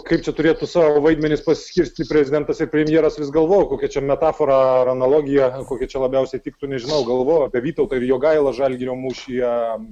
kaip čia turėtų savo vaidmenis paskirstyt prezidentas ir premjeras vis galvojau kokia čia metafora ar analogija kokia čia labiausiai tiktų nežinau galvojau apie vytautą ir jogaila žalgirio mūšyje